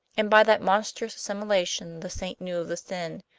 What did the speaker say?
and by that monstrous assimilation the saint knew of the sin,